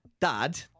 dad